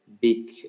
big